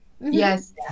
Yes